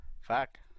fuck